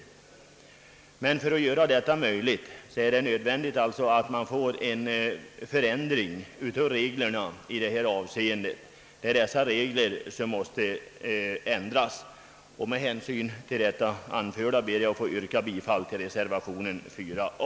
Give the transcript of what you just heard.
För att denna användning av fonden skall bli möjlig är det emellertid nödvändigt med en förändring av reglerna i detta avseende. Med stöd av det anförda ber jag att få yrka bifall till reservationen 4 a.